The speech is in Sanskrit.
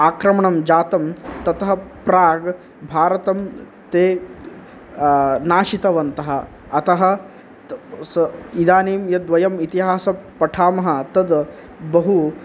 आक्रमणं जातं ततः प्राग् भारतं ते नाशितवन्तः अतः इदानीं यद्वयम् इतिहासं पठामः तद् बहु